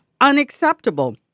unacceptable